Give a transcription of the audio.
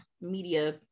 media